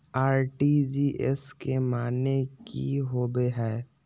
RTGS के माने की होबो है?